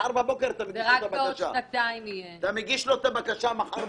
מחר בבוקר אתה מגיש את הבקשה.